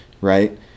right